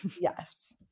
Yes